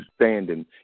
understanding